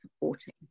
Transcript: supporting